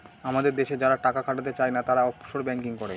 আমাদের দেশে যারা টাকা খাটাতে চাই না, তারা অফশোর ব্যাঙ্কিং করে